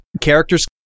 characters